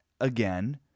again